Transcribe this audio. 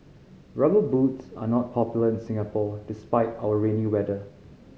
Rubber Boots are not popular in Singapore despite our rainy weather